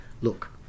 look